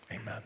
Amen